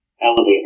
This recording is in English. Elevator